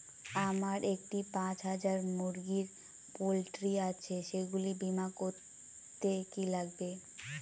আমার একটি পাঁচ হাজার মুরগির পোলট্রি আছে সেগুলি বীমা করতে কি লাগবে?